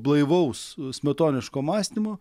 blaivaus smetoniško mąstymo